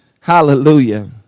Hallelujah